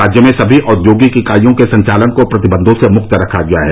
राज्य में सभी औद्योगिक इकाईयों के संचालन को प्रतिबन्धों से मुक्त रखा गया है